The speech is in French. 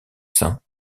saints